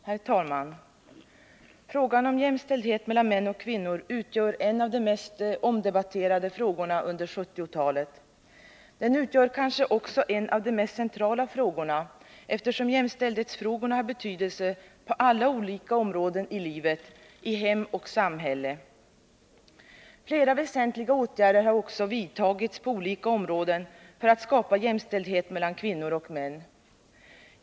Herr talman! Frågan om jämställdhet mellan kvinnor och män utgör en av Jämställdhet melde mest omdebatterade frågorna under 1970-talet. Den utgör kanske också en av de mest centrala frågorna, eftersom jämställdhetsfrågorna har betydelse på alla olika områden i livet, i hem och samhälle. Flera väsentliga åtgärder har också vidtagits på olika områden för att skapa jämställdhet mellan kvinnor och män.